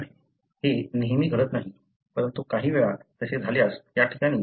हे नेहमी घडत नाही परंतु काही वेळा तसे झाल्यास त्या ठिकाणी तुम्हाला नवीन बेस मिळू शकेल